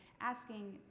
asking